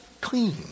clean